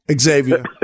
Xavier